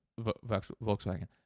Volkswagen